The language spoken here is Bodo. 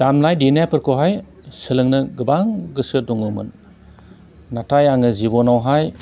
दामनाय देनायफोरखौहाय सोलोंनो गोबां गोसो दङमोन नाथाय आङो जिबनावहाय